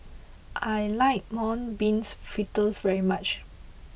I like Mung Bean Fritters very much